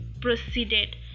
proceeded